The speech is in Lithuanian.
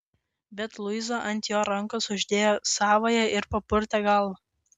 bet luiza ant jo rankos uždėjo savąją ir papurtė galvą